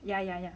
ya ya ya